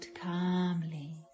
calmly